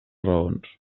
raons